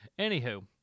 Anywho